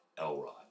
Elrod